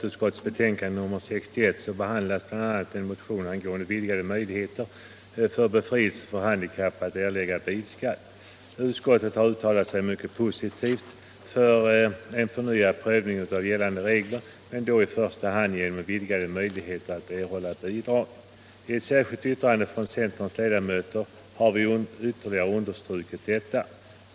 Utskottet har uttalat sig mycket positivt om en förnyad prövning av gällande regler men då i första hand genom vidgade möjligheter att erhålla bidrag. I ett särskilt yttrande från centerns ledamöter har vi ytterligare understrukit detta.